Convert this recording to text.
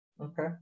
Okay